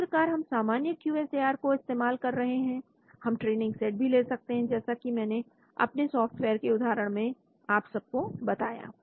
तो जिस प्रकार हम सामान्य क्यू एस ए आर को इस्तेमाल कर सकते हैं हम ट्रेनिंग सेट भी ले सकते हैं जैसा कि मैंने अपने सॉफ्टवेयर के उदाहरण में आप सब को बताया